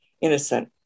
innocent